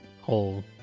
whole